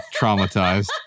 traumatized